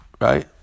Right